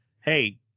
Hey